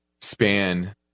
span